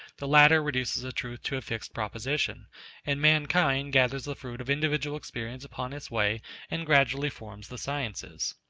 the latter reduces a truth to a fixed proposition and mankind gathers the fruits of individual experience upon its way and gradually forms the sciences.